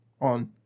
on